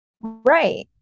Right